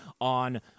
on